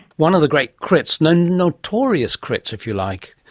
one of the great crits, notorious crits if you like,